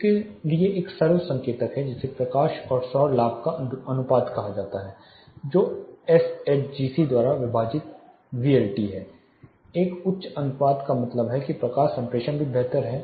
इसके लिए एक सरल संकेतक है जिसे प्रकाश और सौर लाभ का अनुपात कहा जाता है जो एसएचजीसी द्वारा विभाजित वीएलटी है एक उच्च अनुपात का मतलब है कि प्रकाश संप्रेषण भी बेहतर है